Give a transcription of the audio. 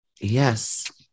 Yes